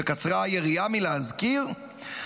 שקצרה היריעה מלהזכיר,